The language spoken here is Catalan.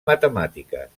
matemàtiques